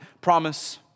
promise